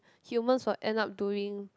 humans will end up doing